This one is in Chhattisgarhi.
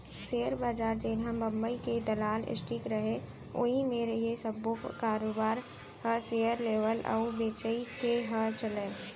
सेयर बजार जेनहा बंबई के दलाल स्टीक रहय उही मेर ये सब्बो कारोबार ह सेयर लेवई अउ बेचई के ह चलय